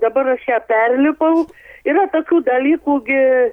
dabar aš ją perlipau yra tokių dalykų gi